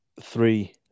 three